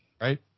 Right